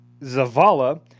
zavala